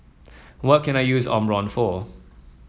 what can I use Omron for